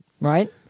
right